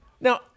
Now